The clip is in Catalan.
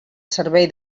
servei